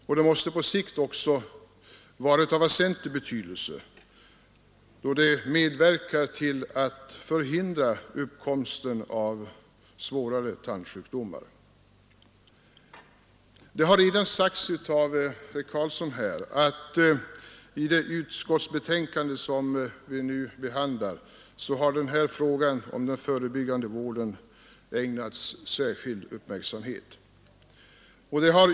Detta måste på sikt vara av väsentlig betydelse, då det medverkar till att förhindra uppkomsten av svårare tandsjukdomar. Det har redan sagts av herr Carlsson att i det utskottsbetänkande som vi nu behandlar har den här frågan om den förebyggande vården ägnats särskild uppmärksamhet.